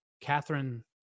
Catherine